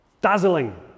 Dazzling